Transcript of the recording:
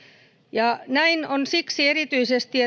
ongelmia näin on erityisesti